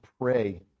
pray